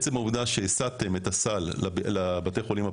עצם העובדה שהסתתם את הסל לבתי החולים הפרטיים,